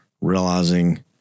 realizing